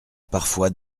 parfois